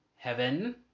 heaven